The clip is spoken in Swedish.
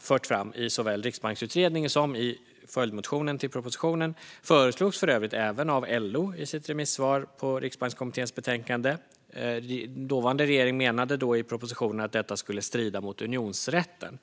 fört fram i såväl riksbanksutredningen som i följdmotionen till propositionen föreslog för övrigt även LO i sitt remissvar på Riksbankskommitténs betänkande. Dåvarande regering menade då i propositionen att detta skulle strida mot unionsrätten.